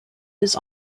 his